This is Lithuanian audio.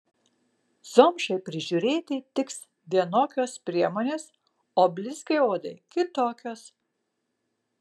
zomšai prižiūrėti tiks vienokios priemonės o blizgiai odai kitokios